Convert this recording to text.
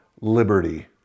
liberty